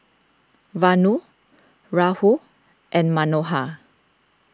Vanu Rahul and Manohar